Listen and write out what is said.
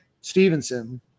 Stevenson